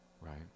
right